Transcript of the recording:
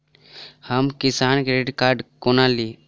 हम किसान credit card कोना ली?